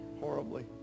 horribly